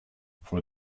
for